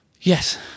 yes